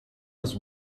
was